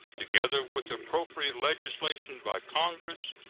together with appropriate legislation by congress,